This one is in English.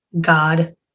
God